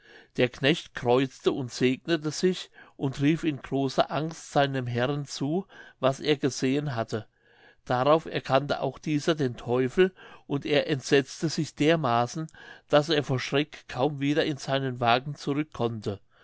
der knecht kreuzte und segnete sich und rief in großer angst seinem herrn zu was er gesehen hatte darauf erkannte auch dieser den teufel und er entsetzte sich dermaßen daß er vor schreck kaum wieder in seinen wagen zurück konnte